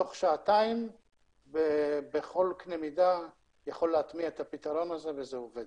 תוך שעתיים בכל קנה מידה יכול להטמיע את הפתרון הזה וזה עובד.